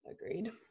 Agreed